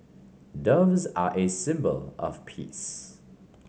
doves are a symbol of peace